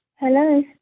Hello